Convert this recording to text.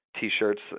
t-shirts